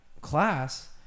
class